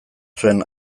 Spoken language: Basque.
zuen